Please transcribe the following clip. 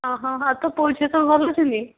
ଅ ହଁ ହଁ ତୋ ପୁଅଝିଅ ସବୁ ଭଲ ଅଛନ୍ତି